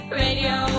radio